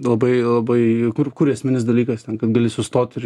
labai labai kur kur esminis dalykas ten kad gali sustot ir